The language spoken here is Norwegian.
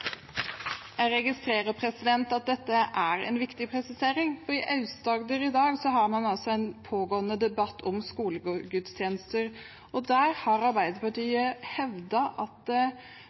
Jeg registrerer at dette er en viktig presisering, for i Aust-Agder i dag har man altså en pågående debatt om skolegudstjenester, og der har Arbeiderpartiet hevdet at det